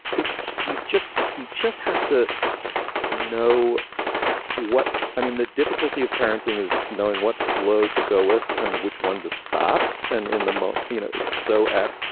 it's you just you just have to know what. i mean, the difficulty of parenting is knowing what flow to go with and which one to stop. and in the most, you know, it's so ad